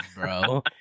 bro